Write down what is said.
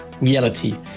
reality